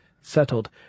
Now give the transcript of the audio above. settled